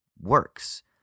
works